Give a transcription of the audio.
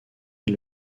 est